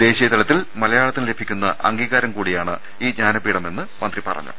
ദേശീയതലത്തിൽ മലയാളത്തിന് ലഭി ക്കുന്ന അംഗീ കാരം കൂടിയാണ് ഇൌ ജ്ഞാനപീഠമെന്ന് മന്ത്രി പറഞ്ഞു